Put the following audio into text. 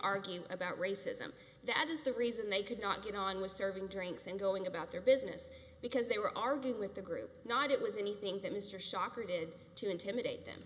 argue about racism that is the reason they could not get on with serving drinks and going about their business because they were argued with the group not it was anything that mr shakur did to intimidate them